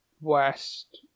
west